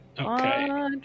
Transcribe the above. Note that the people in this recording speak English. Okay